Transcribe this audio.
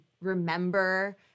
remember